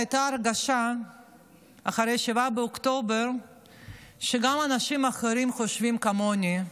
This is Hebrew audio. הייתה הרגשה אחרי 7 באוקטובר שגם אנשים אחרים חושבים כמוני.